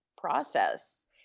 process